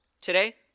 today